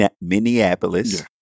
Minneapolis